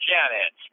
Janet